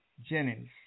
Jennings